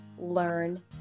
learn